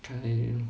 chi~